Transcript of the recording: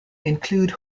include